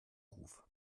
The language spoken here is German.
ruf